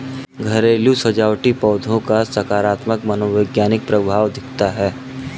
घरेलू सजावटी पौधों का सकारात्मक मनोवैज्ञानिक प्रभाव दिखता है